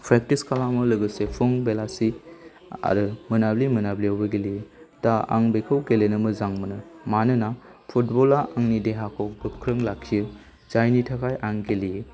practice खालामो लोगोसे फुं बेलासि आरो मोनाबिलि मोनाबिलियावबो गेलेयो दा आं बेखौ गेलेनो मोजां मोनो मानोना फुटबला आंनि देहाखौ गोख्रों लाखियो जायनि थाखाय आं गेलेयो